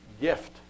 gift